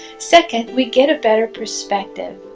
second we get a better perspective.